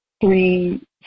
Three